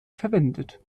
verwendet